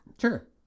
sure